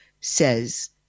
says